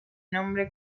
nombre